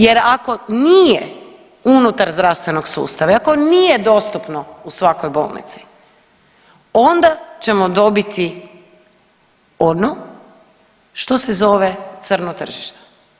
Jer ako nije unutar zdravstvenog sustava i ako nije dostupno u svakoj bolnici onda ćemo dobiti ono što se zove crno tržište.